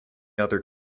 other